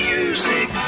Music